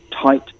tight